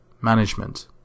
management